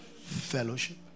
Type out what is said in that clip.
fellowship